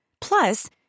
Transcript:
Plus